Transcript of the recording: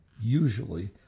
usually